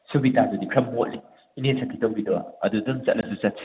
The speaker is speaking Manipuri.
ꯁꯨꯕꯤꯇꯥꯗꯨꯗꯤ ꯈꯔ ꯃꯣꯠꯂꯤ ꯏꯅꯦ ꯁꯈꯤꯇꯣꯝꯕꯤꯗꯣ ꯑꯗꯨꯗ ꯑꯗꯨꯃ ꯆꯠꯂꯁꯨ ꯆꯠꯁꯤ